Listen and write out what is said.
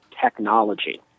technology